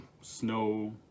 snow